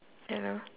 hello